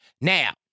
Now